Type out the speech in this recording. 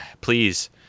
Please